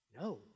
no